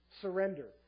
Surrender